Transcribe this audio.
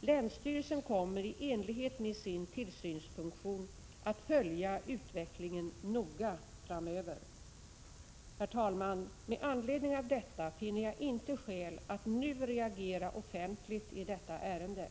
Länsstyrelsen kommer, i enlighet med sin tillsynsfunktion, att följa utvecklingen noga framöver. Herr talman! Med anledning av detta finner jag inte skäl att nu reagera offentligt i detta ärende.